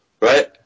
right